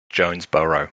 jonesboro